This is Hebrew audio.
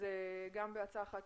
גם בעצה אחת,